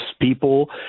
people